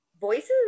voices